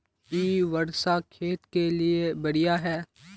इ वर्षा खेत के लिए बढ़िया है?